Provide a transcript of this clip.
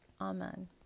Amen